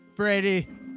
Brady